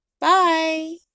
Bye